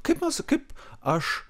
kaip mes kaip aš